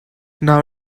now